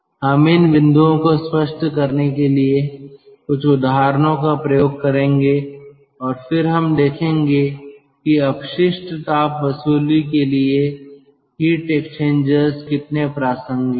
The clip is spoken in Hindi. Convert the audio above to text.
हम इन बिंदुओं को स्पष्ट करने के लिए कुछ उदाहरणों का प्रयोग करेंगे और फिर हम देखेंगे कि अपशिष्ट ताप वसूली के लिए हीट एक्सचेंजर्स कितने प्रासंगिक हैं